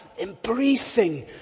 embracing